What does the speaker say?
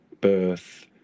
birth